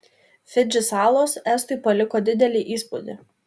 fidži salos estui paliko didelį įspūdį